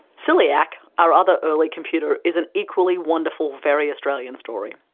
sillac, our other early computer, is an equally wonderful, very australian, story.